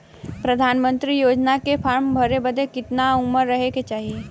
प्रधानमंत्री योजना के फॉर्म भरे बदे कितना उमर रहे के चाही?